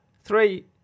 three